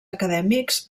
acadèmics